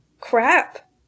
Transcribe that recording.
crap